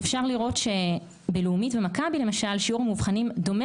אפשר לראות שבלאומית ומכבי למשל שיעור המאובחנים דומה